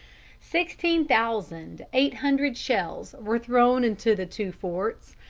sixteen thousand eight hundred shells were thrown into the two forts,